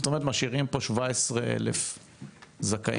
מה שאומר שמשאירים כאן כ-17,000 זכאים,